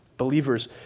Believers